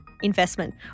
investment